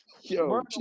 Yo